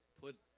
put